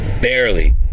barely